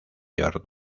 york